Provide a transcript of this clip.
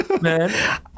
man